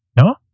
No